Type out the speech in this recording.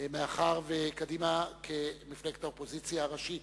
להצעה לסדר-היום מס' 360. קדימה כמפלגת האופוזיציה הראשית